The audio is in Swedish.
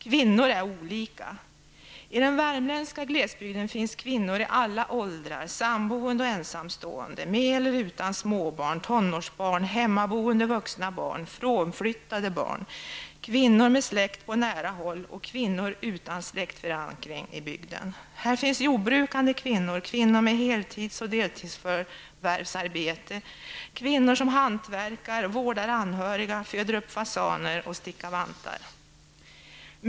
Kvinnor är olika! I den värmländska glesbygden finns kvinnor i alla åldrar, samboende och ensamstående, med eller utan småbarn, tonårsbarn, hemmaboende vuxna barn, frånflyttade barn, kvinnor med släkt på nära håll och kvinnor utan släktförankring i bygden. Här finns jordbrukande kvinnor, kvinnor med heltidsoch deltidsförvärvsarbete, kvinnor sm utför hantverk, vårdar anhöriga, föder upp fasaner och stickar vantar.